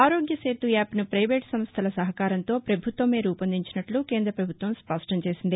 ఆరోగ్యసేతు యాప్ను ప్రైవేటు సంస్టల సహకారంతో ప్రభుత్వమే రూపొందించినట్లు కేంద్ర ప్రభుత్వం స్పష్టం చేసింది